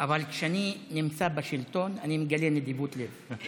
אבל כשאני נמצא בשלטון אני מגלה נדיבות לב.